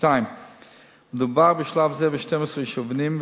2. מדובר בשלב זה ב-12 יישובים,